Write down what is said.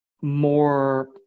more